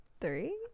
three